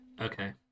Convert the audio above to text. Okay